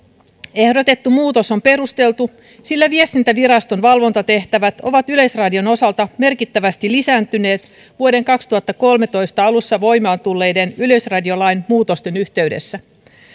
ehdotettu muutos on perusteltu sillä viestintäviraston valvontatehtävät ovat yleisradion osalta merkittävästi lisääntyneet vuoden kaksituhattakolmetoista alussa voimaan tulleiden yleisradiolain muutosten yhteydessä